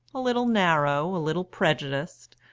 a little narrow, a little prejudiced,